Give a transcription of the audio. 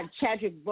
Chadwick